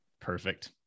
perfect